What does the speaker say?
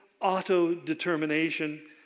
auto-determination